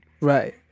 right